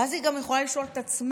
ואז היא גם יכולה לשאול את עצמה,